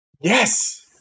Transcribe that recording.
Yes